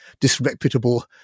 disreputable